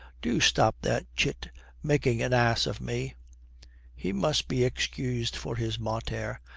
do stop that chit making an ass of me he must be excused for his mater.